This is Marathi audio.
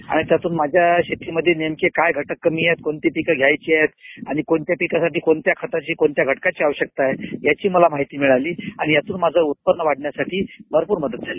आणि त्यातून माझ्या शेतीमध्ये काय नेमके घटक कमी आहे कोणती पिके घ्यायची आहेत आणि कोणत्या पिकासाठी कोणत्या खताची कोणत्या घटकाची आवश्यकता आहे याची मला माहिती मिळाली आणि यातून माझे उत्पव्न वाढण्यासाठी मोठी मदत झाली